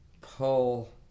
pull